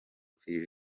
kwi